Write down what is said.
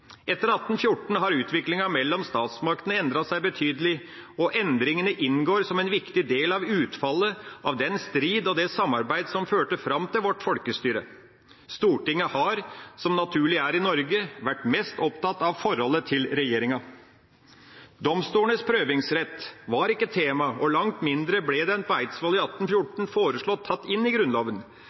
Etter 1814 har utviklinga mellom statsmaktene endret seg betydelig. Endringene inngår som en viktig del av utfallet av den strid og det samarbeid som førte fram til vårt folkestyre. Stortinget har, som naturlig er i Norge, vært mest opptatt av forholdet til regjeringa. Domstolenes prøvingsrett var ikke tema og langt mindre ble den på Eidsvoll i 1814 foreslått tatt inn i Grunnloven.